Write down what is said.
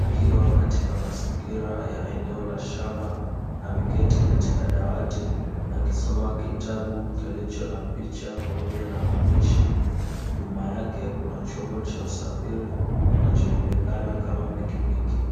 akiwa katika mazingira ya eneo la shamba, ameketi katika dawati akisoma kitabu kilicho na picha pamoja na maandishi, nyuma yake kuna chomo cha usafiri kinachojulikana kama pikipiki.